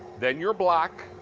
then you're black,